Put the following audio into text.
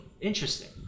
Interesting